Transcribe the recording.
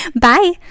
Bye